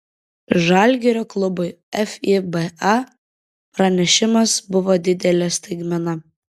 žalgirio klubui fiba pranešimas buvo didelė staigmena